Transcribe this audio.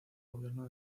gobierno